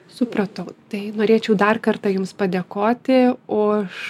supratau tai norėčiau dar kartą jums padėkoti už